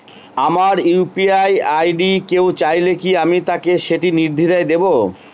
আমার UPI ID কেউ চাইলে কি আমি তাকে সেটি নির্দ্বিধায় দেব?